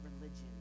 religion